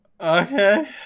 Okay